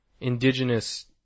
indigenous